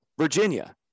virginia